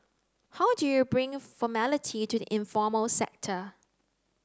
how do you bring formality to the informal sector